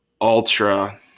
ultra